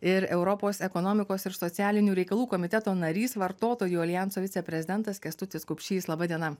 ir europos ekonomikos ir socialinių reikalų komiteto narys vartotojų aljanso viceprezidentas kęstutis kupšys laba diena